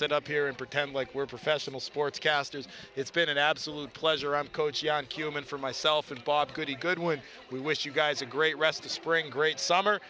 sit up here and pretend like we're professional sports casters it's been an absolute pleasure on coach on cumin for myself and bob good a good win we wish you guys a great rest of spring great summer